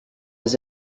was